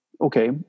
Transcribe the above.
okay